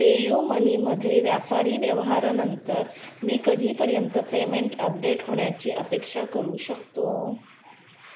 पेयूमनीमध्ये व्यापारी व्यवहारानंतर मी कधीपर्यंत पेमेंट अपडेट होण्याची अपेक्षा करू शकतो